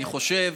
אני חושב